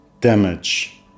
damage